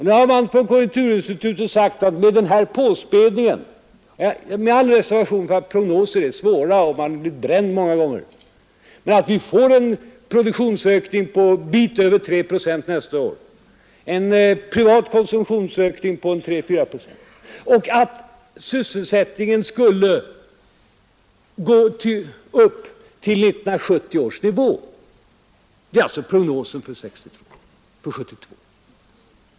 Med all reservation för att prognoser är svåra att göra och för att man många gånger blir bränd visar konjunkturinstitutets bedömning att vi nästa år får en produktionsökning på en bit över tre procent, en ökning av den privata konsumtionen med 3 å 4 procent och en ökning av sysselsättningen till 1970 års nivå. Det är alltså prognosen för 1972.